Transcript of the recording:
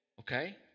okay